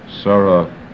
Sarah